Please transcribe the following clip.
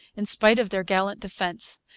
in spite of their gallant defence,